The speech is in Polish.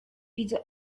widzę